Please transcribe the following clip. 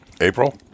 April